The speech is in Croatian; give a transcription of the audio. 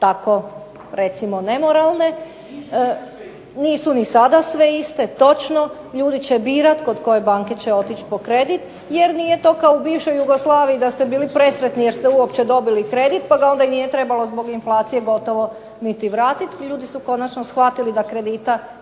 tako recimo nemoralne. Nisu ni sada sve iste. Ljudi će birati kod koje banke će otići po kredit, jer nije to kao u bivšoj Jugoslaviji da ste bili presretni da ste uopće dobili kredit, pa da onda nije trebalo zbog inflacije gotovo niti vratiti. Ljudi su konačno shvatili da kredita ima